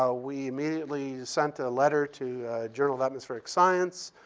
ah we immediately sent a letter to journal of atmospheric science.